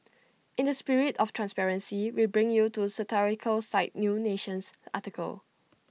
in the spirit of transparency we bring to you satirical site new nation's article